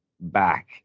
back